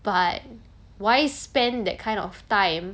but why spend that kind of time